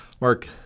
Mark